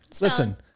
Listen